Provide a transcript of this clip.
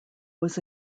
was